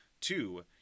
two